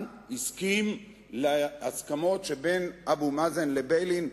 הסכים להסכמות שבין אבו מאזן לביילין,